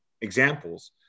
examples